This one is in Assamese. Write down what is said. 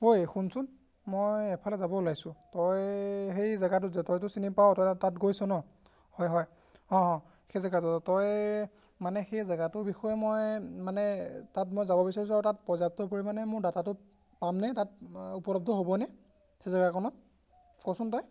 ঐ শুনচোন মই এফালে যাব ওলাইছোঁ তই সেই জেগাটোত যে তইতো চিনি পাওঁ তই তাত গৈছ ন হয় হয় অঁ অঁ সেই জেগাটো তই মানে সেই জেগাটোৰ বিষয়ে মই মানে তাত মই যাব বিচাৰিছোঁ আৰু তাত পৰ্যাপ্ত পৰিমাণে মোৰ ডাটাটো পামনে তাত উপলব্ধ হ'বনে সেই জেগাখনত কচোন তই